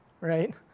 right